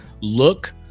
Look